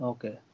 Okay